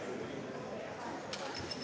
Tak